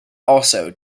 also